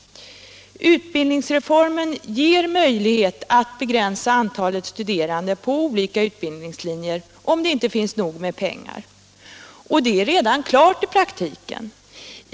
Utbildningsreformen ger möjlighet att begränsa antalet studerande på olika utbildningslinjer, om det inte finns nog med pengar. Och det är redan klart i praktiken.